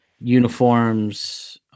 uniforms